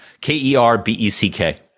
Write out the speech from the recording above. K-E-R-B-E-C-K